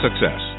success